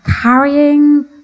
Carrying